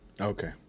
okay